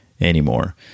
anymore